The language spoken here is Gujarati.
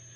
એફ